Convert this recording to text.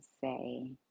say